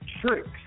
tricks